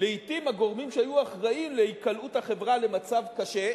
לעתים הגורמים שהיו אחראים להיקלעות החברה למצב קשה,